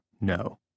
no